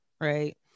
right